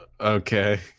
Okay